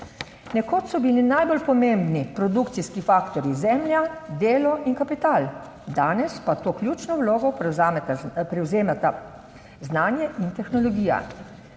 Nekoč so bili najbolj pomembni produkcijski faktorji zemlja, delo in kapital, danes pa to ključno vlogo prevzame prevzemata